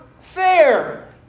fair